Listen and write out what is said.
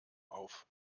auf